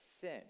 sin